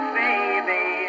baby